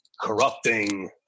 corrupting